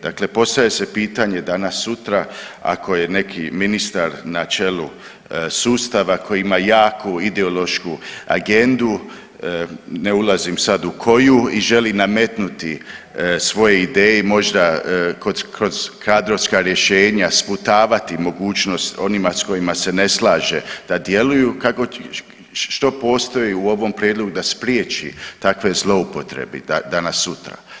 Dakle postavlja se pitanje, danas-sutra ako je neki ministar na čelu sustava koji ima jaku ideološku agendu, ne ulazim sad u koju i želi nametnuti svoje ideje i možda kroz kadrovska rješenja sputavati mogućnost onima s kojima se ne slaže, da djeluju, kako, što postoji u ovom prijedlogu da spriječi takve zloupotrebe danas-sutra?